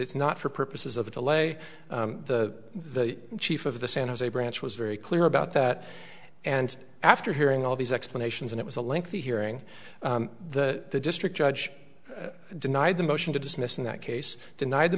it's not for purposes of the delay the chief of the san jose branch was very clear about that and after hearing all these explanations and it was a lengthy hearing the district judge denied the motion to dismiss in that case denied the